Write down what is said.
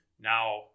Now